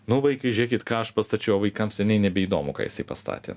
nu vaikai žiūrėkit ką aš pastačiau o vaikams seniai nebeįdomu ką jisai pastatė